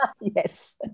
Yes